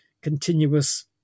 continuous